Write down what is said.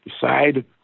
decide